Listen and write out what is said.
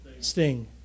sting